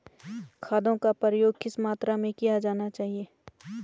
खादों का प्रयोग किस मात्रा में किया जाना चाहिए?